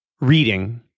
reading